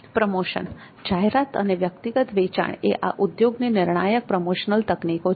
promotion જાહેરાત તથા વ્યક્તિગત વેચાણ એ આ ઉદ્યોગની નિર્ણાયક પ્રમોશનલ તકનીકો છે